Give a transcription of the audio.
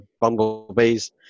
bumblebees